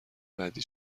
بعدی